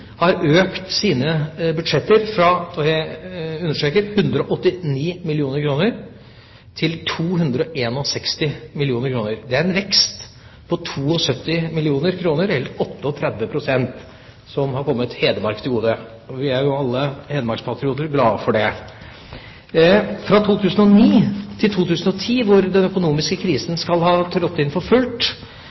har økt sine budsjetter fra – og jeg understreker – 189 mill. kr til 261 mill. kr. Det er en vekst på 72 mill. kr, eller 38 pst, som har kommet Hedmark til gode. Alle vi hedmarkspatrioter er jo glad for det. Fra 2009 til 2010, hvor den økonomiske krisen har trådt inn for fullt,